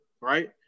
right